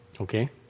Okay